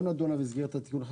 היא לא נדונה במסגרת התיקון.